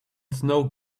snow